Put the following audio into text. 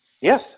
Yes